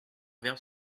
verres